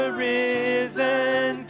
risen